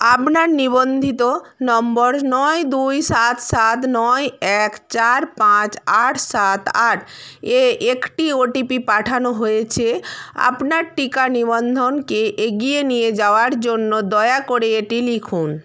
আপনার নিবন্ধিত নম্বর নয় দুই সাত সাত নয় এক চার পাঁচ আট সাত আট এ একটি ওটিপি পাঠানো হয়েছে আপনার টিকা নিবন্ধনকে এগিয়ে নিয়ে যাওয়ার জন্য দয়া করে এটি লিখুন